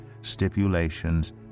stipulations